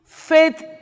Faith